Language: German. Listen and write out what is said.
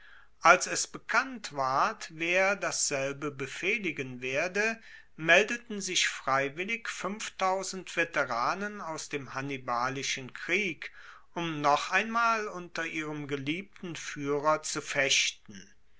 als es bekannt ward wer dasselbe befehligen werde meldeten sich freiwillig veteranen aus dem hannibalischen krieg um noch einmal unter ihrem geliebten fuehrer zu fechten